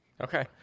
Okay